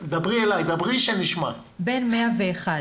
בין 251